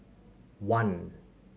one